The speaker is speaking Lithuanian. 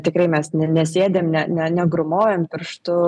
tikrai mes ne nesėdim ne ne negrūmojam pirštu